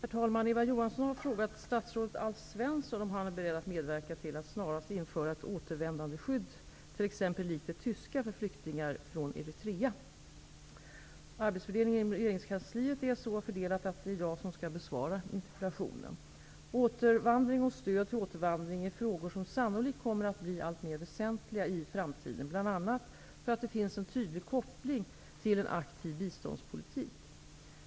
Herr talman! Eva Johansson har frågat statsrådet Alf Svensson om han är beredd att medverka till att snarast införa ett återvändandestöd, t.ex. likt det tyska, för flyktingar från Eritra. Arbetsfördelningen inom regeringskansliet är så fördelat, att det är jag som skall besvara interpellationen. Återvandring och stöd till återvandring är frågor som sannolikt kommer att bli alltmer väsentliga i framtiden, bl.a. för att det finns en tydlig koppling till en aktiv biståndspolitik.